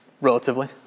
relatively